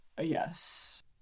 yes